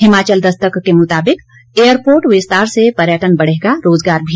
हिमाचल दस्तक के मुताबिक एयरपोर्ट विस्तार से पर्यटन बढ़ेगा रोज़गार भी